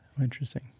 interesting